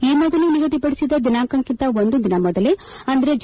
ಈ ಮೊದಲು ನಿಗದಿಪಡಿಸಿದ್ದ ದಿನಾಂಕಕ್ಕಿಂತ ಒಂದು ದಿನ ಮೊದಲೇ ಅಂದರೆ ಜ